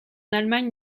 allemagne